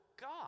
God